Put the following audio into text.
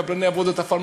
קבלני עבודות עפר,